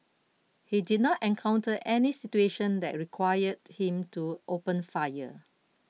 he did not encounter any situation that required him to open fire